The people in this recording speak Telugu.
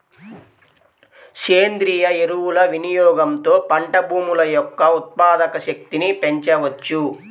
సేంద్రీయ ఎరువుల వినియోగంతో పంట భూముల యొక్క ఉత్పాదక శక్తిని పెంచవచ్చు